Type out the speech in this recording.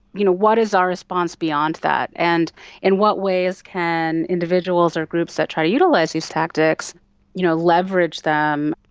you know what is our response beyond that? and in what ways can individuals or groups that try to utilise these tactics you know leverage them,